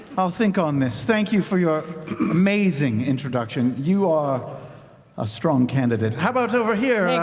i'll think on this. thank you for your amazing introduction. you are a strong candidate. how about over here?